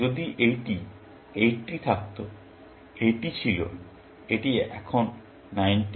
সুতরাং যদি এইটি 80 থাকতো এটি ছিল এটি এখন 90 এ